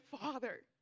father